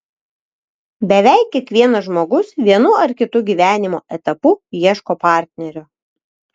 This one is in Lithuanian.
beveik kiekvienas žmogus vienu ar kitu gyvenimo etapu ieško partnerio